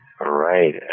Right